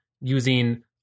using